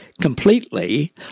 completely